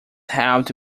helped